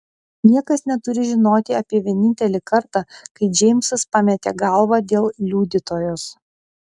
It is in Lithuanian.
niekas neturi žinoti apie vienintelį kartą kai džeimsas pametė galvą dėl liudytojos